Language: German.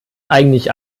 eigentlich